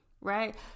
right